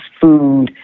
food